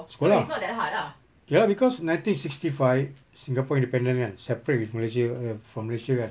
sekolah ya lah because nineteen sixty five singapore independence kan separate with malaysia err from malaysia kan